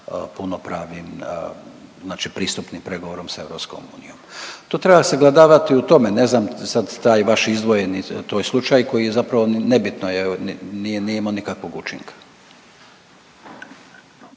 punopravnim znači pristupnim pregovorom sa EU. To treba sagledavati u tome, ne znam sad taj vaš izdvojeni slučaj koji je zapravo nebitno, nije nije imao nikakvog učinka.